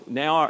now